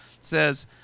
says